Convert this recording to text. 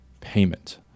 payment